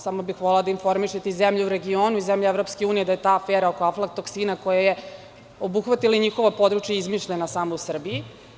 Samo bih volela da informišete i zemlje u regionu i zemlje EU da je ta afera oko aflatoksina koja je obuhvatila i njihovo područje izmišljena samo u Srbiji.